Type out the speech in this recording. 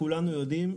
כולנו יודעים,